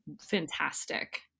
fantastic